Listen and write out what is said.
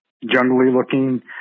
jungly-looking